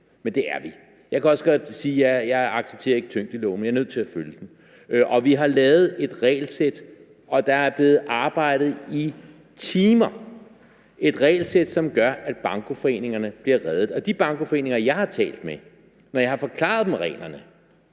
men det er vi – jeg kan også godt sige, at jeg ikke accepterer tyngdeloven, men jeg er nødt til at følge den. Vi har lavet et regelsæt, og der er blevet arbejdet i timer. Det er et regelsæt, som gør, at bankoforeningerne bliver reddet, og de bankoforeninger, jeg har talt med, har, når jeg har forklaret dem reglerne,